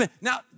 Now